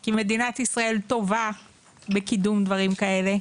כי מדינת ישראל טובה בקידום דברים כאלה.